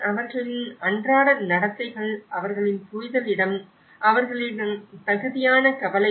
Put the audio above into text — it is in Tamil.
அவர்களின் அன்றாட நடத்தைகள் அவர்களின் புரிதல் இடம் அவர்களின் தகுதியான கவலைகள்